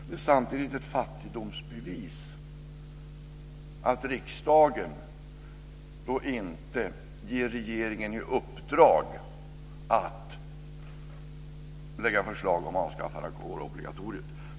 Det är samtidigt ett fattigdomsbevis att riksdagen inte ger regeringen i uppdrag att lägga fram ett förslag om avskaffande av kårobligatoriet.